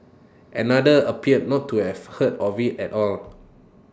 another appeared not to have heard of IT at all